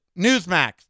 Newsmax